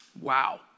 Wow